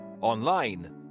online